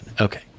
Okay